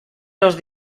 los